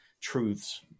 truths